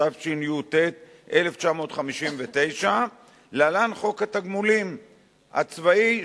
התשי"ט 1959 (להלן: חוק התגמולים הצבאי),